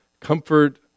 comfort